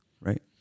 Right